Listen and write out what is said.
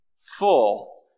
full